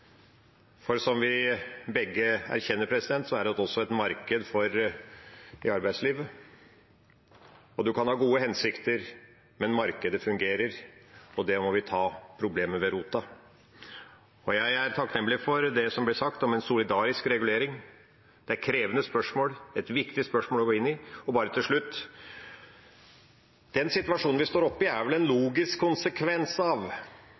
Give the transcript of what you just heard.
Som vi begge erkjenner, er det også et marked for dette i arbeidslivet. En kan ha gode hensikter, men markedet fungerer, og det problemet må vi ta ved rota. Jeg er takknemlig for det som ble sagt om en solidarisk regulering. Det er et krevende og viktig spørsmål å gå inn i. Bare til slutt: Den situasjonen vi står oppe i, er vel en logisk konsekvens av